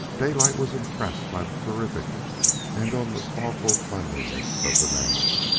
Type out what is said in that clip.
daylight was impressed by the terrific and almost awful cleanness of the man.